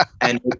And-